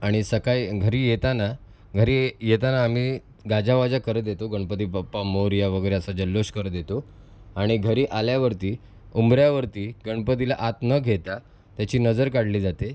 आणि सकाळी घरी येताना घरी येताना आम्ही गाजावाजा करत येतो गणपती बप्पा मोरया वगैरे असा जल्लोष करत येतो आणि घरी आल्यावरती उंबऱ्यावरती गणपतीला आत न घेता त्याची नजर काढली जाते